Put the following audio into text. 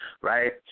right